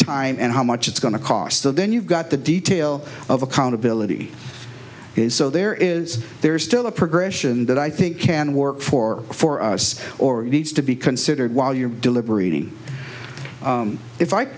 time and how much it's going to cost so then you've got the detail of accountability is so there is there's still a progression that i think can work for for us or needs to be considered while you're deliberating if i